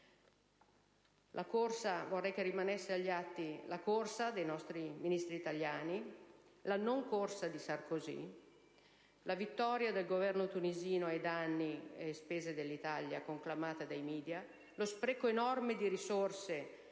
la corsa dei nostri Ministri, la non corsa di Sarkozy, la vittoria del Governo tunisino ai danni dell'Italia, conclamata dai *media,* lo spreco enorme di risorse,